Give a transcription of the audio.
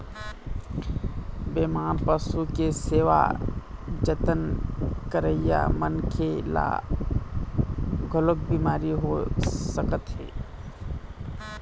बेमार पशु के सेवा जतन करइया मनखे ल घलोक बिमारी हो सकत हे